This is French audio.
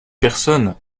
personnes